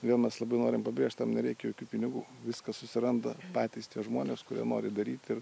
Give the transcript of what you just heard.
vienas labai norime pabrėžti tam nereikia jokių pinigų viską susiranda patys tie žmonės kurie nori daryt ir